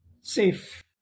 safe